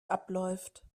abläuft